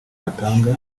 batanga